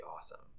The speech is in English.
awesome